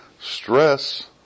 Stress